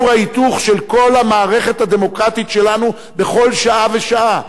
כור ההיתוך של כל המערכת הדמוקרטית שלנו בכל שעה ושעה,